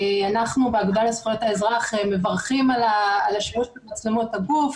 אנחנו באגודה לזכויות האזרח מברכים על השימוש במצלמות הגוף